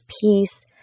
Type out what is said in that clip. peace